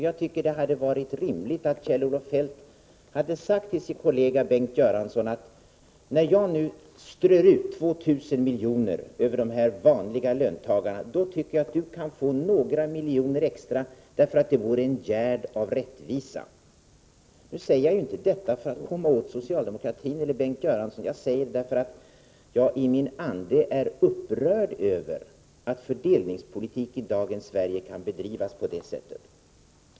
Jag tycker det hade varit rimligt om Kjell-Olof Feldt hade sagt till sin kollega Bengt Göransson: När jag nu strör ut 2 000 miljoner över de vanliga löntagarna tycker jag att du kan få några miljoner extra för kulturarbetarna— det vore en gärd av rättvisa. Jag säger inte detta för att komma åt socialdemokratin eller Bengt Göransson — jag säger det därför att jag i min ande är upprörd över att fördelningspolitik i dagens Sverige kan bedrivas på det sättet.